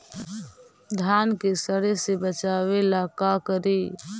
धान के सड़े से बचाबे ला का करि?